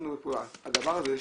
הדבר הזה,